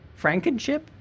Frankenship